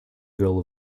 girl